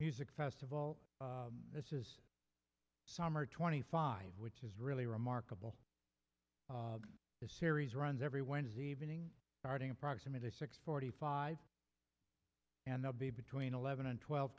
music festival this is summer twenty five which is really remarkable the series runs every wednesday evening starting approximately six forty five and the be between eleven and twelve